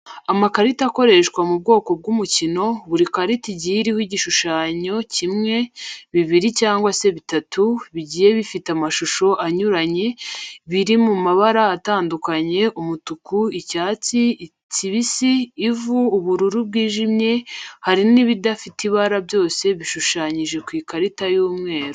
Amakarita akoreshwa mu bwoko bw'umukino, buri karita igiye iriho igishushanye kimwe, bibiri cyangwa se bitatu, bigiye bifite amashusho anyuranye, biri mu mabara atandukanye umutuku, icyatsi kibisi, ivu, ubururu bwijimye hari n'ibidafite ibara byose bishushanyije ku ikarita y'umweru.